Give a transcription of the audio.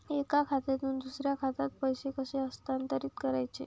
एका खात्यातून दुसऱ्या खात्यात पैसे कसे हस्तांतरित करायचे